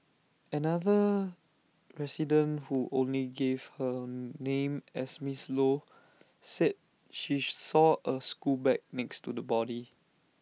another resident who only gave her name as miss low said she saw A school bag next to the body